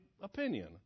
opinion